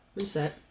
Reset